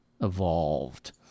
evolved